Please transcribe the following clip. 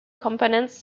components